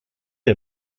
der